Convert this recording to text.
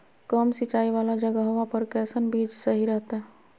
कम सिंचाई वाला जगहवा पर कैसन बीज सही रहते?